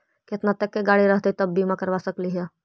केतना तक के गाड़ी रहतै त बिमा करबा सकली हे?